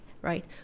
right